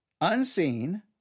Unseen